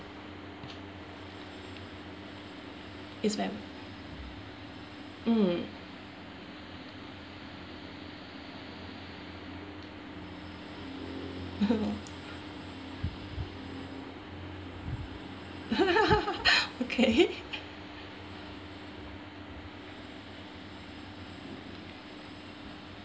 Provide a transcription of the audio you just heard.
yes ma'am mm okay